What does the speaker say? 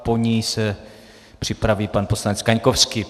Po ní se připraví pan poslanec Kaňkovský.